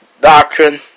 doctrine